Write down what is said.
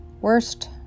Worst